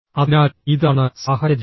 അതിനാൽ ഇതാണ് സാഹചര്യം